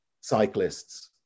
cyclists